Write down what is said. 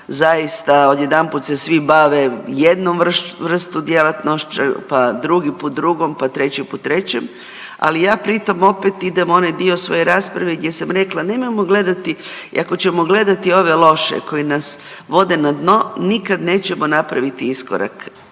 zaista odjedanput se svi bave jednom vrstom djelatnošću pa drugi put drugom pa treći po trećem, ali ja pritom opet idem onaj dio svoje rasprave gdje sam rekla, nemojmo gledati i ako ćemo gledati ove loše koji nas vode na dno, nikad nećemo napraviti iskorak